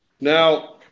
Now